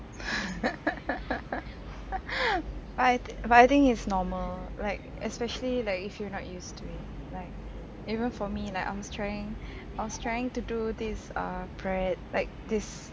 but I but I think it's normal right especially like if you're not used to it like even for me like I was trying I was trying to do this err bread like this